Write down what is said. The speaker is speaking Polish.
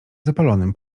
zapalonym